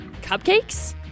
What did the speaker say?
cupcakes